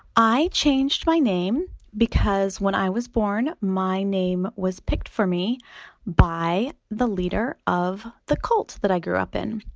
i changed my name because when i was born my name was picked for me by the leader of the cult that i grew up in.